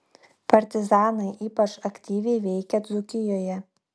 partizanai ypač aktyviai veikė dzūkijoje